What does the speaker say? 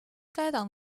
该党